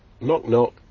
knock-knock